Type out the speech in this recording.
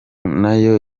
nayo